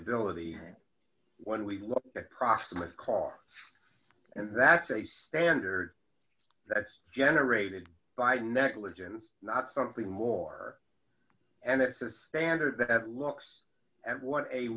ability when we look approximate costs and that's a standard that's generated by negligence not something more and it's a standard that looks at what a